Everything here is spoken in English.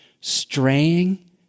Straying